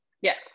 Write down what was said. Yes